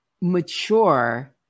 mature